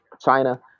China